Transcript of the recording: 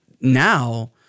now